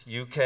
UK